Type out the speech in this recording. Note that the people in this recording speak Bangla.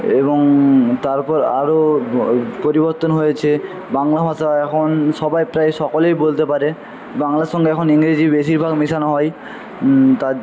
এবং তারপর আরও পরিবর্তন হয়েছে বাংলা ভাষা এখন সবাই প্রায় সকলেই বলতে পারে বাংলার সঙ্গে এখন ইংরেজি বেশিরভাগ মেশানো হয় তার